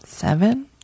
seven